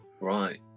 Right